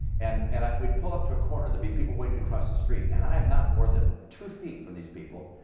and and we'd pull up to a corner. there'd be people waiting to cross the street. and i am not more than two feet from these people.